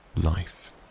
life